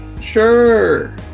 Sure